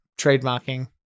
Trademarking